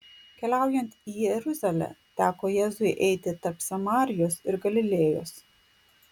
keliaujant į jeruzalę teko jėzui eiti tarp samarijos ir galilėjos